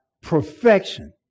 perfection